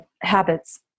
habits